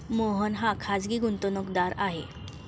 मोहन हा खाजगी गुंतवणूकदार आहे